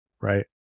right